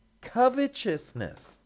covetousness